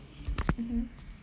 mmhmm